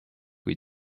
kui